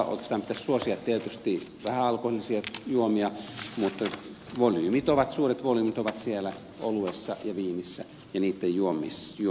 oikeastaan pitäisi tietysti suosia vähäalkoholisia juomia mutta suuret volyymit ovat siellä oluessa ja viinissä ja niitten juomisessa